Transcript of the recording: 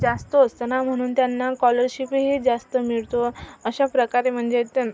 जास्त असतो ना म्हणून त्यांना कॉलरशिपही जास्त मिळतो अशाप्रकारे म्हणजे त्या